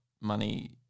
money